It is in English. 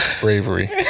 Bravery